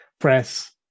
press